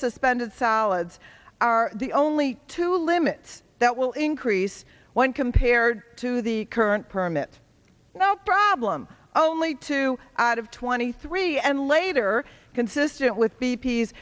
suspended solids are the only two limits that will increase when compared to the current permit no problem only two out of twenty three and later consistent with